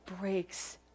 breaks